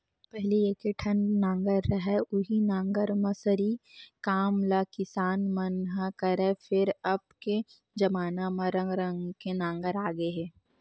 पहिली एके ठन नांगर रहय उहीं नांगर म सरी काम ल किसान मन ह करय, फेर अब के जबाना म रंग रंग के नांगर आ गे हे